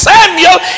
Samuel